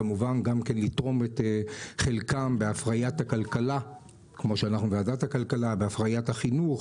כמובן לתרום את חלקן בהפריית הכלכלה והפריית החינוך,